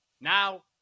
Now